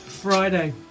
Friday